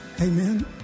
Amen